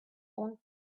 own